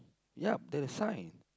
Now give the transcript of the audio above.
yup there's a sign